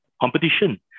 competition